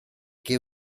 che